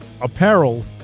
apparel